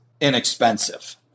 inexpensive